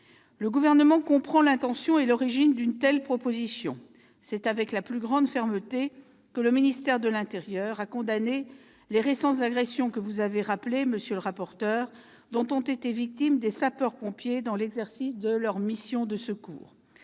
Le Gouvernement comprend l'intention et l'origine d'une telle proposition. C'est avec la plus grande fermeté que le ministère de l'intérieur a condamné les récentes agressions, que vous avez rappelées, monsieur le rapporteur, dont ont été victimes des sapeurs-pompiers dans l'exercice de leurs missions de secours.